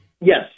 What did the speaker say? Yes